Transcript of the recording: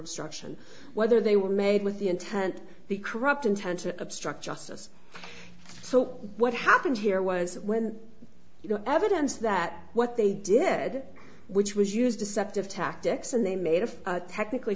obstruction whether they were made with the intent the corrupt intention obstruct justice so what happened here was when you know evidence that what they did which was used deceptive tactics and they made of technically